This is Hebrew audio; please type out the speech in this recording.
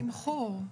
גם התמחור.